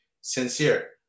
sincere